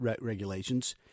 regulations